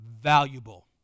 valuable